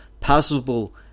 possible